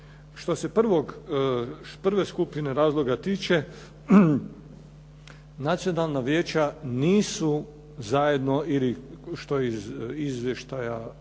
Što se prve skupine razloga tiče, nacionalna vijeća nisu zajedno ili što je iz izvještaja